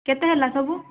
କେତେ ହେଲା ସବୁ